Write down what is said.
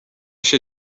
się